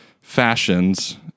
fashions